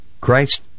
Christ